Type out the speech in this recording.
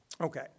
Okay